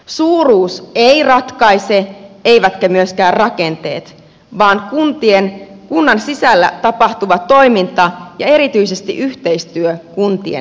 suuruus ei ratkaise eivätkä myöskään rakenteet vaan kunnan sisällä tapahtuva toiminta ja erityisesti yhteistyö kuntien välillä